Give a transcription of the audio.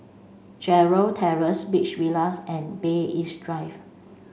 Gerald Terrace Beach Villas and Bay East Drive